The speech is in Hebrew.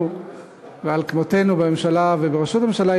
ועל כמותנו בממשלה ובראשות הממשלה.